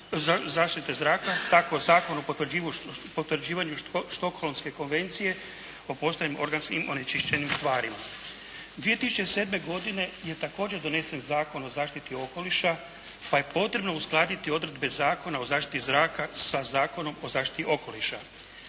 zaštite zraka, tako Zakon o potvrđivanju stockholmske konvencije o …/Govornik se ne razumije./… organskim onečišćenim tvarima. 2007. godine je također donesen Zakon o zaštiti okoliša pa je potrebno uskladiti odredbe Zakona o zaštiti zraka sa Zakonom o zaštiti okoliša.